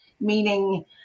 meaning